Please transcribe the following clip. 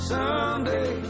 Someday